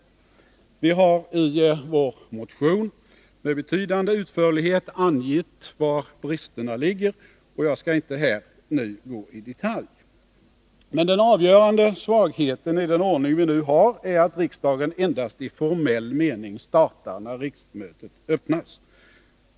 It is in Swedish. Centern har i sin motion med betydande utförlighet angett var bristerna ligger, men jag skall inte här gå in i detalj på dem. Den avgörande svagheten i nuvarande ordning är att riksdagen endast i formell mening startar när riksmötet öppnas.